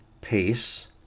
peace